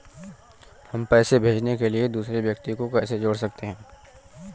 हम पैसे भेजने के लिए दूसरे व्यक्ति को कैसे जोड़ सकते हैं?